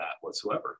whatsoever